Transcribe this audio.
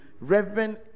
Reverend